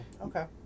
Okay